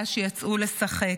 היה שיצאו לשחק.